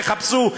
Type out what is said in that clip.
תחפשו,